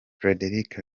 frédéric